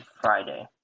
Friday